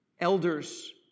Elders